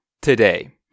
today